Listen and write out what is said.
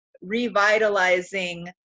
revitalizing